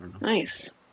Nice